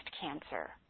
cancer